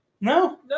No